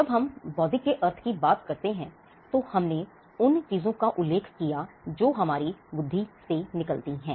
जब हम बौद्धिक के अर्थ की बात करते हैं तो हमने उन चीजों का उल्लेख किया जो हमारी बुद्धि से निकलती हैं